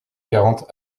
quarante